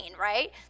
right